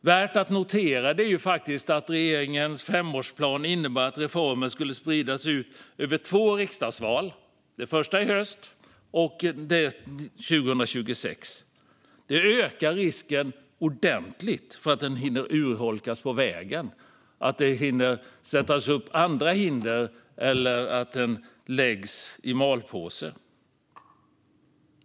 Värt att notera är att regeringens femårsplan innebär att reformen skulle spridas ut över två riksdagsval; det första i höst och valet 2026, vilket ökar risken ordentligt för att reformen urholkas längs vägen. Det kommer att sättas upp andra hinder, eller så läggs reformen i malpåse.